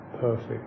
perfect